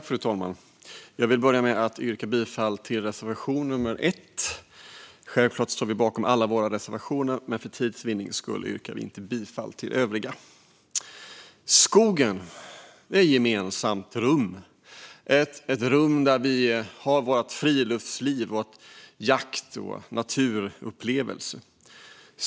Fru talman! Jag vill börja med att yrka bifall till reservation nummer 1. Självklart står vi bakom alla våra reservationer, men för tids vinnande yrkar vi inte bifall till övriga. Skogen är ett gemensamt rum för friluftsliv, jakt och naturupplevelser.